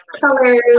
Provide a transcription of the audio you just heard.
colors